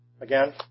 again